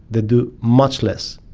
they do much less.